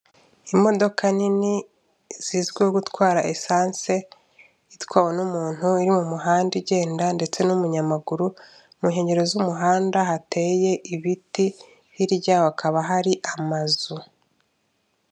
Imodoka nini zizwiho gutwara esansi itwawe n'umuntu iri mu muhanda igenda ndetse n'umunyamaguru mu nkengero z'umuhanda hateye ibiti hirya yaho hakaba hari amazu.